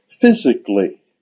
physically